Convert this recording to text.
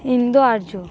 হিন্দু রাজ্য